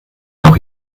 noch